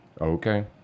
Okay